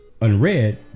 unread